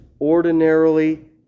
ordinarily